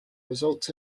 results